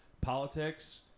politics